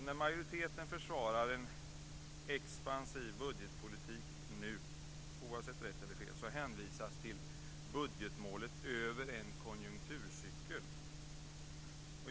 När majoriteten försvarar en expansiv budgetpolitik - rätt eller fel - hänvisas till budgetmålet över en konjunkturcykel.